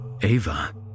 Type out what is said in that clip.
Ava